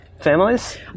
families